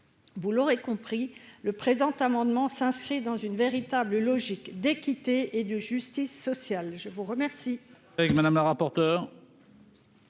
vous l'aurez compris le présent amendement s'inscrit dans une véritable logique d'équité et de justice sociale, je vous remercie.